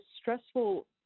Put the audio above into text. stressful